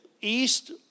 east